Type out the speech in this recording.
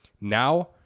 Now